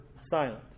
silent